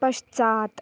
पश्चात्